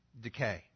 decay